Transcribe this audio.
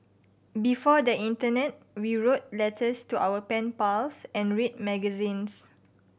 before the internet we wrote letters to our pen pals and read magazines